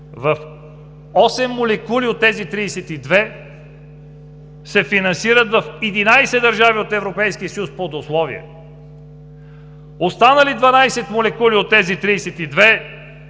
8 молекули от тези 32 се финансират в 11 държави от Европейския съюз под условие. Останали 12 молекули от тези 32